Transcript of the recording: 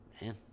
Man